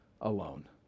alone